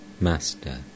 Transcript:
Master